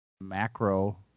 macro